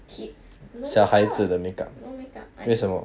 kids no makeup ah no makeup I don't